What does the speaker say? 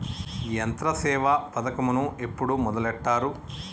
యంత్రసేవ పథకమును ఎప్పుడు మొదలెట్టారు?